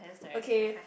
okay